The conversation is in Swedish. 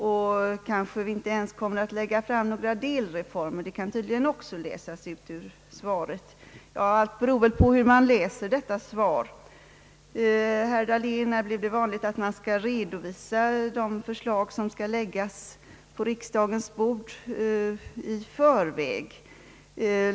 Vi kanske inte ens kommer att lägga fram några delreformer — det kan han tydligen också läsa ut ur svaret. Allt beror väl på hur man läser detta svar. Herr Dahlén, när blev det vanligt att man i förväg skall redovisa förslag som skall läggas på riksdagens bord?